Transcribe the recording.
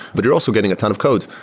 but you're also getting a ton of codes,